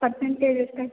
percentage ಎಷ್ಟಾಯ್ತು